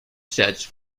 sets